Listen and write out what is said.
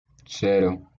cero